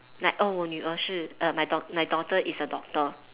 like oh 女儿是 err my dau~ my daughter is a doctor